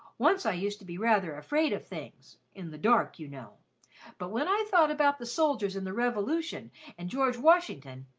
once i used to be rather afraid of things, in the dark, you know but when i thought about the soldiers in the revolution and george washington,